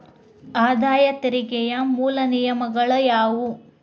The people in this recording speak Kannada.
ಆದಾಯ ತೆರಿಗೆಯ ಮೂಲ ನಿಯಮಗಳ ಯಾವು